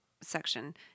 section